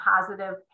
positive